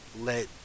let